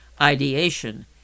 ideation